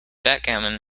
backgammon